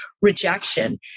rejection